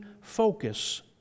focus